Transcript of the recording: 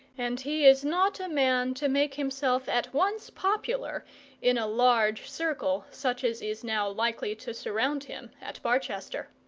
and he is not a man to make himself at once popular in a large circle such as is now likely to surround him at barchester.